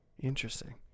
Interesting